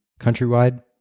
Countrywide